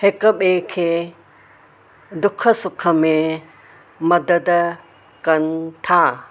हिक ॿिए खे दुख सुख में मदद कनि था